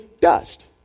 dust